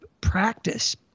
practice